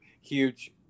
huge